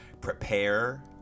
Prepare